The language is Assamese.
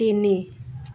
তিনি